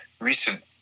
recent